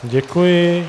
Děkuji.